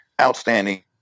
Outstanding